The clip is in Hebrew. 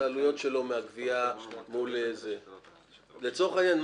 העלויות שלו מהגבייה מול לצורך העניין,